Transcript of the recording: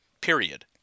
period